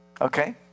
Okay